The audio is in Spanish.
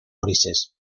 grises